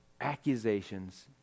accusations